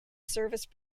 service